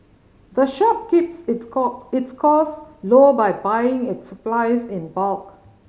the shop keeps its call its cost low by buying its supplies in bulk